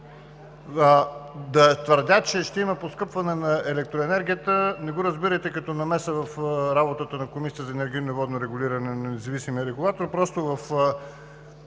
Да твърдя, че ще има поскъпване на електроенергията, не го разбирайте като намеса в работата на Комисията за енергийно и водно регулиране на независимия регулатор, просто в